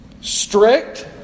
strict